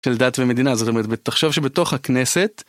של דת ומדינה זאת אומרת בתחשוב שבתוך הכנסת.